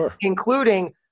including-